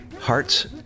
hearts